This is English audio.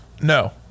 no